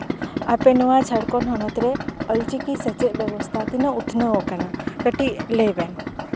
ᱟᱯᱮ ᱱᱚᱣᱟ ᱡᱷᱟᱲᱠᱷᱚᱸᱰ ᱦᱚᱱᱚᱛ ᱨᱮ ᱚᱞᱪᱤᱠᱤ ᱥᱮᱪᱮᱫ ᱵᱮᱵᱚᱥᱛᱷᱟ ᱛᱤᱱᱟᱹᱜ ᱩᱛᱱᱟᱹᱣ ᱟᱠᱟᱱᱟ ᱠᱟᱹᱴᱤᱡ ᱞᱟᱹᱭᱵᱤᱱ